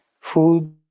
food